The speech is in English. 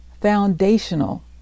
foundational